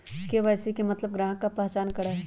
KYC के मतलब ग्राहक का पहचान करहई?